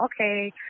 okay